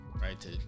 right